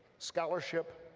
scholarship,